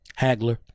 Hagler